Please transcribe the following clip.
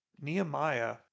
Nehemiah